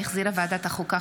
שהחזירה ועדת החוקה,